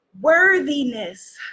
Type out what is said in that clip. Worthiness